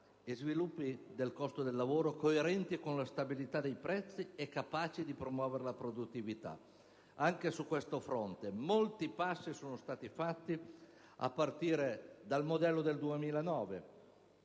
e andamenti del costo del lavoro coerenti con la stabilità dei prezzi e capaci di promuovere la produttività. Anche su questo fronte molti passi in avanti sono stati compiuti, a partire dal modello del 2009,